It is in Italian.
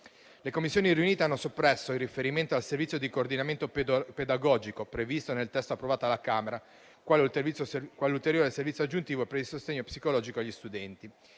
Le Commissioni riunite hanno soppresso il riferimento al servizio di coordinamento pedagogico previsto nel testo approvato alla Camera, quale ulteriore servizio aggiuntivo per il sostegno psicologico agli studenti.